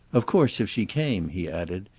of course if she came, he added,